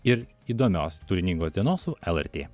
ir įdomios turiningos dienos su lrt